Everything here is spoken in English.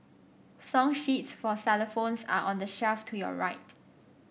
song sheets for xylophones are on the shelf to your right